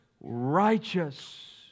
righteous